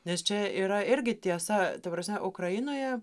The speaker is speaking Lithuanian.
nes čia yra irgi tiesa ta prasme ukrainoje